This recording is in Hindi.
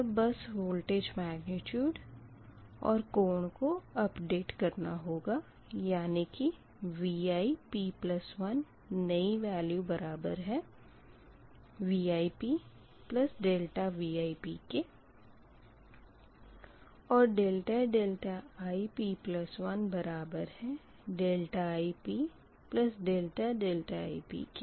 और बस वोल्टेज मेग्निट्यूड और कोण को अपडेट करना होगा यानी कि Vip1 नयी वेल्यू बराबर है Vi ∆Vi के और ∆ip1 बारबर है i∆i के